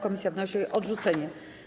Komisja wnosi o jej odrzucenie.